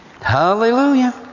Hallelujah